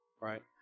right